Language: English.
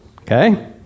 Okay